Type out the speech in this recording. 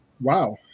Wow